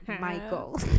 Michael